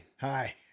Hi